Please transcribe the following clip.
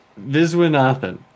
Viswanathan